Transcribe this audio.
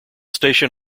station